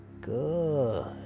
good